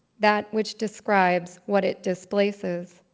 that which describes what it displaces